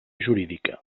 jurídica